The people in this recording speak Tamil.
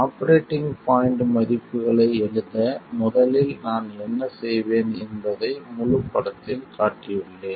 ஆபரேட்டிங் பாய்ண்ட் மதிப்புகளை எழுத முதலில் நான் என்ன செய்வேன் என்பதை முழு படத்தில் காட்டியுள்ளேன்